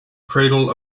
cradle